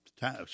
time